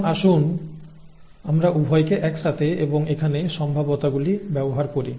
এখন আসুন আমরা উভয়কে একসাথে এবং এখানে সম্ভাব্যতাগুলি ব্যবহার করি